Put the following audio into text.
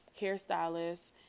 hairstylists